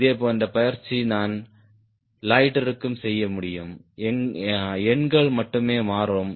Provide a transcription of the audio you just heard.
இதேபோன்ற பயிற்சி நான் லொயிட்டருக்கும் செய்ய முடியும் எண்கள் மட்டுமே மாறும்